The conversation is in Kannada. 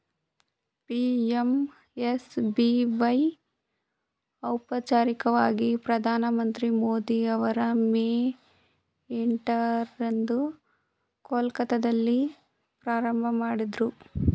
ಪಿ.ಎಮ್.ಎಸ್.ಬಿ.ವೈ ಔಪಚಾರಿಕವಾಗಿ ಪ್ರಧಾನಮಂತ್ರಿ ಮೋದಿ ಅವರು ಮೇ ಎಂಟ ರಂದು ಕೊಲ್ಕತ್ತಾದಲ್ಲಿ ಪ್ರಾರಂಭಮಾಡಿದ್ರು